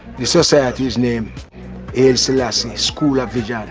the society's name is selassie, school of the jah.